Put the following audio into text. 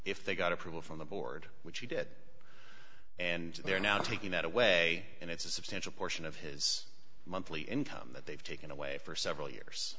if they got approval from the board which he did and they are now taking that away and it's a substantial portion of his monthly income that they've taken away for several years